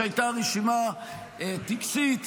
שהייתה ישיבה טקסית,